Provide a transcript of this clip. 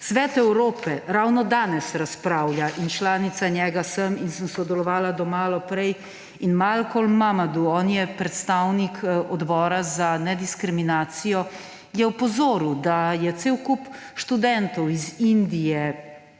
Svet Evrope ravno danes razpravlja in članica njega sem in sem sodelovala do malo prej in Malcolm Mamadou, on je predstavnik odbora za nediskriminacijo, je opozoril, da je cel kup študentovi iz Indije,